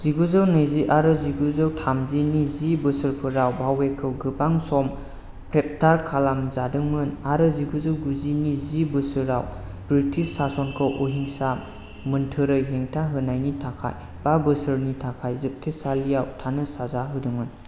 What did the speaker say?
जिगुजौ नैजि आरो जिगुजौ थामजि नि जि बोसोरफोराव भावेखौ गोबां सम ग्रेपतार खालामजादोंमोन आरो जिगुजौ ब्रैजि नि जि बोसोराव ब्रिटिश सासनखौ अहिंसा मोनथोरै हेंथा होनायनि थाखाय बा बोसोरनि थाखाय जोबथेसालियाव थानो साजा होजादोंमोन